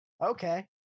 okay